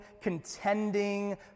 contending